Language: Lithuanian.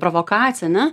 provokaciją ane